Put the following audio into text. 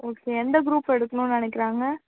okay எந்த group எடுக்கணும்னு நெனைக்கிறாங்க